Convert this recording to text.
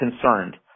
concerned